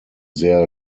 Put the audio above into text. sehr